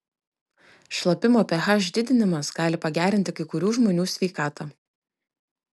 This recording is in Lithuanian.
šlapimo ph didinimas gali pagerinti kai kurių žmonių sveikatą